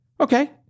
Okay